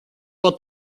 war